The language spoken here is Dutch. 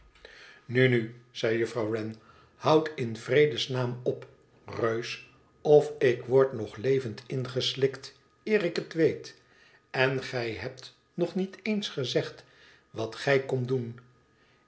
nu nu zei juffrouw wren houd in vredesnaam op reus of ik word nog levend ingeslikt eer ik het weet en gij hebt nog niet eens gezegd wat gij komt doen